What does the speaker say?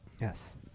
Yes